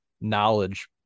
knowledge